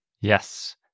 Yes